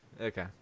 Okay